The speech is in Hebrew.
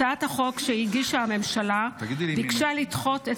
הצעת החוק שהגישה הממשלה ביקשה לדחות את